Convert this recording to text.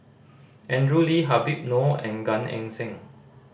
Andrew Lee Habib Noh and Gan Eng Seng